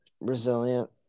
resilient